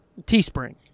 teespring